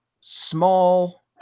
small